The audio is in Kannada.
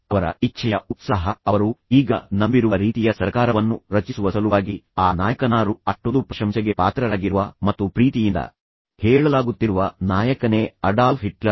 ಅವರ ಇಚ್ಛೆಯ ಉತ್ಸಾಹ ಅವರು ಈಗ ನಂಬಿರುವ ರೀತಿಯ ಸರ್ಕಾರವನ್ನು ರಚಿಸುವ ಸಲುವಾಗಿ ಆ ನಾಯಕನಾರು ಅಷ್ಟೊಂದು ಪ್ರಶಂಸೆಗೆ ಪಾತ್ರರಾಗಿರುವ ಮತ್ತು ಪ್ರೀತಿಯಿಂದ ಹೇಳಲಾಗುತ್ತಿರುವ ನಾಯಕನೇ ಅಡಾಲ್ಫ್ ಹಿಟ್ಲರ್